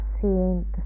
seeing